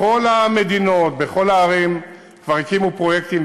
בכל המדינות ובכל הערים כבר הקימו פרויקטים,